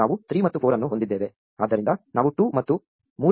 ನಾವು 3 ಮತ್ತು 4 ಅನ್ನು ಹೊಂದಿದ್ದೇವೆ ಆದ್ದರಿಂದ ನಾವು 2 ಮತ್ತು ಮೂರು ಅನ್ನು ಲೆಕ್ಕ ಹಾಕಬಹುದು